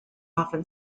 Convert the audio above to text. often